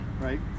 right